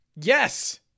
yes